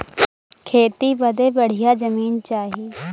खेती बदे बढ़िया जमीन चाही